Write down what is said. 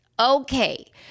okay